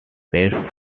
pet